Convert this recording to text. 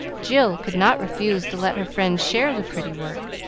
jill could not refuse to let her friends share the pretty work,